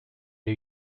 new